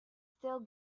still